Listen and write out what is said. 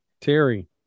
Terry